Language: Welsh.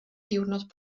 diwrnod